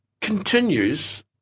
continues